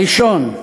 הראשון: